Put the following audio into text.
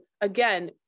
again